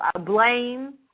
blame